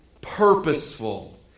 purposeful